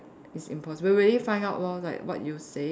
it's impossible will really find out lor like what you say